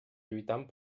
lluitant